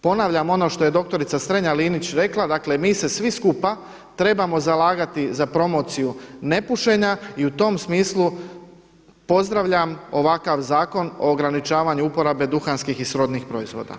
Ponavljam ono što je doktorica Strenja-Linić rekla, dakle mi se svi skupa trebamo zalagati za promociju nepušenja i u tom smislu pozdravljam ovakav Zakon o ograničavanju uporabe duhanskih i srodnih proizvoda.